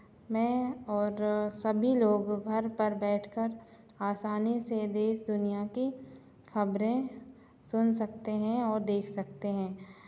मैं और सभी लोग घर पर बैठ कर आसानी से देश दुनियाँ की खबरें सुन सकते हैं और देख सकते हैं